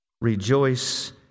Rejoice